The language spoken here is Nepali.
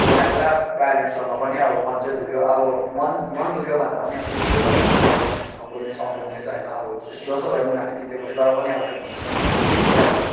मलाई पुरा प्यारेन्ट्ससँग पनि अब मन चाहिँ दुख्यो अब मन मन दुख्यो भन्दा पनि अब त्यस्तो चाहिँ होइन कि अब नबोल्ने सबोल्ने चाहिँ होइन अब जसो भए पनि उनीहरूले किनिदिएको थियो तर पनि अब त्यो फोनले चाहिँ मलाई यतिको चाहिँ अब